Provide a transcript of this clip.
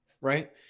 right